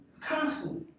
constantly